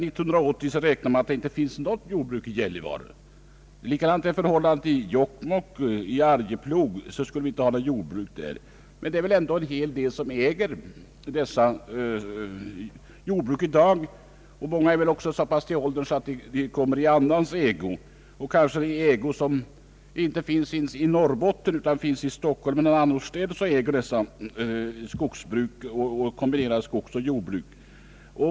Man räknar med att det inte finns något jordbruk i Gällivare år 1980. Likadant är det i Jokkmokk och i Arjeplog — man skulle inte ha något jordbruk där. Men det är ju ändå en hel del som äger dessa jordbruk i dag, och många är väl även så gamla att marken kommer i annans ägo. Det kanske blir en ägare som inte bor i Norrbotten, utan i Stockholm eller någon annanstans och som övertar dessa jordbruk eller kombinerade skogsoch jordbruk.